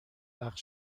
وقت